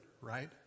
right